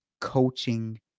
coaching